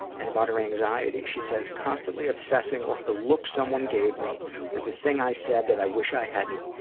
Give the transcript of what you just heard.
and about her anxiety she says, constantly obsessing over the look someone gave me or the thing i said that i wish i hadn't,